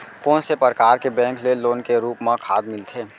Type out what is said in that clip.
कोन से परकार के बैंक ले लोन के रूप मा खाद मिलथे?